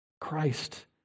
Christ